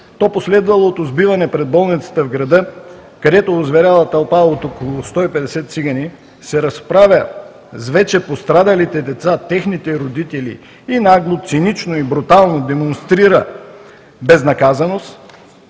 то последвалото сбиване пред болницата в града, където озверяла тълпа от около 150 цигани се разправя с вече пострадалите деца, техните родители и нагло, цинично и брутално демонстрира безнаказаност,